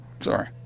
Sorry